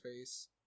face